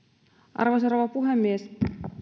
arvoisa rouva puhemies